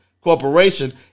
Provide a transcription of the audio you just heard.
Corporation